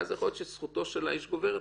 ואז יכול להיות שזכותו של האיש גוברת,